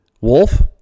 wolf